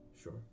Sure